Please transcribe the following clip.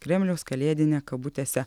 kremliaus kalėdine kabutėse